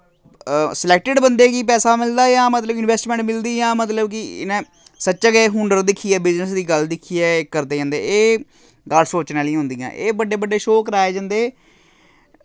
selected बंदे गी पैसा मिलदा जां मतलब इन्वैस्टमैंट मिलदी जां मतलब कि इ'न्नै सच्चै गै हुनर दिक्खियै बिजनेस दी गल्ल दिक्खियै एह् करदे जन्दे एह् गल्ल सोचने आह्ली होंदियां एह् बड्डे बड्डे शो कराए जन्दे